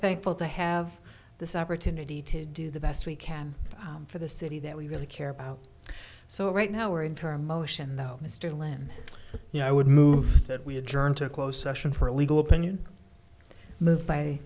thankful to have this opportunity to do the best we can for the city that we really care about so right now we're in for a motion though mr lynn you know i would move that we adjourn to close session for a legal opinion moved by